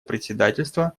председательства